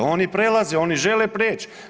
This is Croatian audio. Oni prelaze, oni žele prijeći.